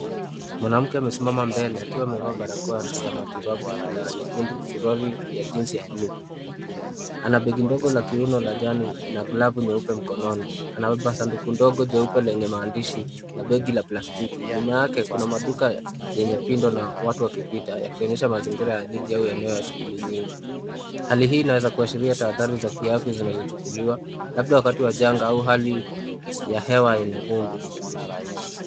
Mwanamke amesimama mbele akiwa amevaa barakoa ya matibabu la nyekundu, suruali ya jinsi ya blue . Ana begi ndogo la kiuno la kijani na glavu nyeupe mkononi. Anabeba sanduku ndogo jeupe lenye maandishi na begi la plastiki. Nyuma yake kuna maduka yenye pindo na watu wakipita yakionyesha mazingira ya jiji au eneo ya shughuli nyingi. Hali hii inaweza kuashiria tahadhari za kiafya zinazochukuliwa labda wakati wa janga au hali ya hewa yenye vumbi.